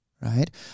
Right